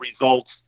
results